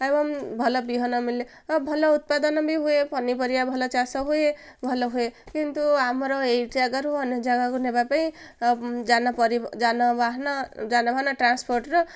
ଏବଂ ଭଲ ବିହନ ମିଳେ ଆଉ ଭଲ ଉତ୍ପାଦନ ବି ହୁଏ ପନିପରିବା ଭଲ ଚାଷ ହୁଏ ଭଲ ହୁଏ କିନ୍ତୁ ଆମର ଏଇ ଜାଗାରୁ ଅନ୍ୟ ଜାଗାକୁ ନେବା ପାଇଁ ଯାନବାହାନ ଟ୍ରାନ୍ସପୋର୍ଟ୍ର